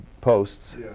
posts